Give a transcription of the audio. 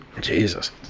Jesus